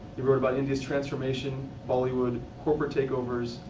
he wrote about india's transformation, bollywood, corporate takeovers,